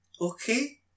Okay